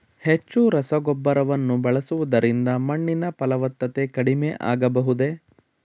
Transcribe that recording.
ಹೆಚ್ಚು ರಸಗೊಬ್ಬರವನ್ನು ಬಳಸುವುದರಿಂದ ಮಣ್ಣಿನ ಫಲವತ್ತತೆ ಕಡಿಮೆ ಆಗಬಹುದೇ?